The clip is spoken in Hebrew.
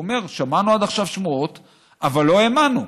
והוא אומר: שמענו עד עכשיו שמועות אבל לא האמנו,